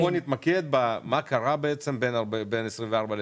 עכשיו בואו נתמקד במה קרה בין 24 ל-25,